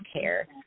care